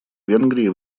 венгрии